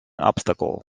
obstacle